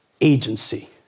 agency